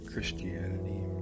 Christianity